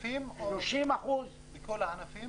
30% --- בכל הענפים?